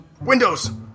Windows